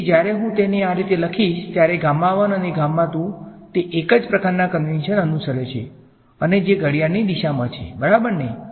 તેથી જ્યારે હું તેને આ રીતે લખીશ ત્યારે અને તે એકજ પ્રકારના કંવેંશન અનુસરે છે અને જે ઘડિયાળની દિશામાં છે બરાબરને